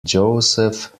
joseph